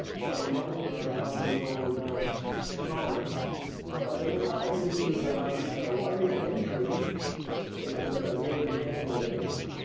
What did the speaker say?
so imagine that a thousandfold smaller but there's a couple features i'd like to show one is entry which is at the very beginning of this.